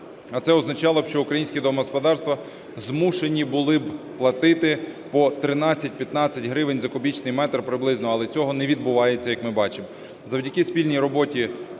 а це означало б, що українські домогосподарства змушені були б платити по 13-15 гривень за кубічний метр приблизно. Але цього не відбувається, як ми бачимо.